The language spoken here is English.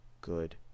good